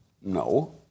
No